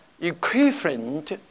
equivalent